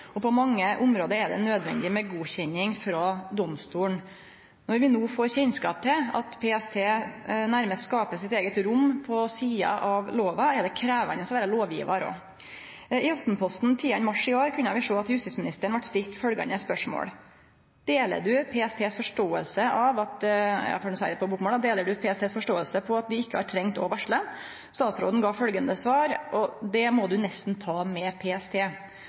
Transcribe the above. og på mange område er det nødvendig med godkjenning frå domstolen. Når vi no får kjennskap til at PST nærast skaper sitt eige rom på sida av lova, er det òg krevjande å vere lovgjevar. I Aftenposten 10. mars i år kunne vi sjå at justisministeren vart stilt følgjande spørsmål: «Deler du PSTs forståelse av at de ikke har trengt å varsle?» Statsråden gav følgjande svar: «Det må du nesten ta med PST.»